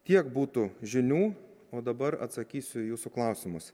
tiek būtų žinių o dabar atsakysiu į jūsų klausimus